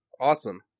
Awesome